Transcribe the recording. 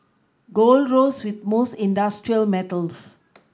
gold rose with most industrial metals